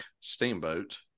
steamboat